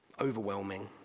overwhelming